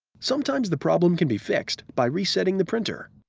sometimes the problem can be fixed by resetting the printer.